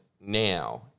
now